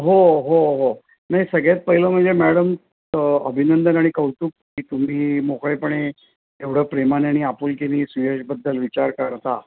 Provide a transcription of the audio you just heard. हो हो हो नाही सगळ्यात पहिलं म्हणजे मॅडम अभिनंदन आणि कौतुक की तुम्ही मोकळेपणे एवढं प्रेमाने आणि आपुलकीने सुयशबद्दल विचार करता